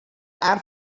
air